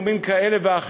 בין שזה גורמים כאלה ואחרים,